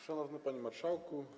Szanowny Panie Marszałku!